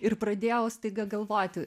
ir pradėjau staiga galvoti